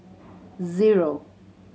zero